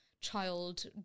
child